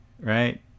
Right